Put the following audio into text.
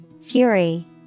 Fury